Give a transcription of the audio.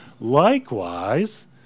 Likewise